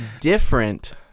different